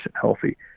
healthy